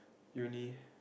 uni